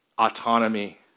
autonomy